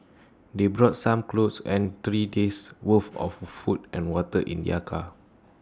they brought some clothes and three days' worth of food and water in their car